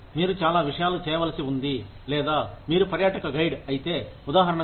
మీరు చాలా విషయాలు చేయవలసి ఉంది లేదా మీరు పర్యాటక గైడ్ అయితే ఉదాహరణకు